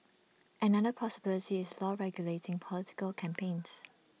another possibility is law regulating political campaigns